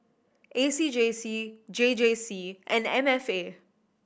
A C J C J J C and M F A